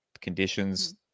conditions